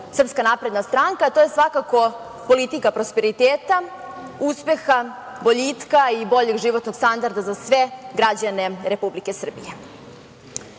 Srpska napredna stranka, a to je svakako politika prosperiteta, uspeha, boljitka i boljeg životnog standarda za sve građane Republike Srbije.U